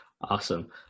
Awesome